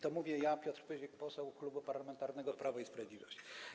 To mówię ja, Piotr Pyzik, poseł Klubu Parlamentarnego Prawo i Sprawiedliwość.